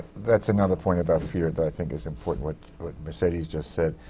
that's another point about fear that i think is important, what mercedes just said.